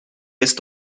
jest